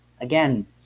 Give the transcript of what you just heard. again